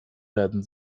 werden